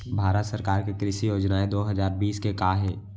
भारत सरकार के कृषि योजनाएं दो हजार बीस के का हे?